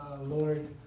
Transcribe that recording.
Lord